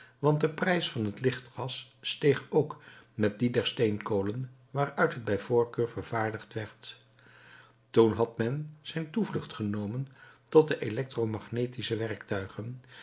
want de prijs van het lichtgas steeg ook met dien der steenkolen waaruit het bij voorkeur vervaardigd werd toen had men zijne toevlucht genomen tot de elektro magnetische werktuigen